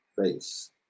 face